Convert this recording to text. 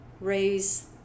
raise